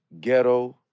ghetto